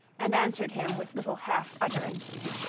and answered him with little half utterances.